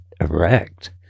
erect